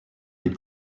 des